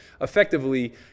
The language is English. effectively